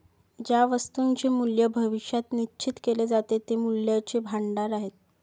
ज्या वस्तूंचे मूल्य भविष्यात निश्चित केले जाते ते मूल्याचे भांडार आहेत